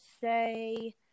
say